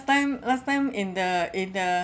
time last time in the in the